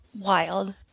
Wild